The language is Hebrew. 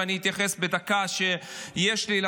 ואני אתייחס לדבר הזה בדקה שיש לי.